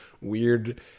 weird